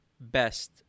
best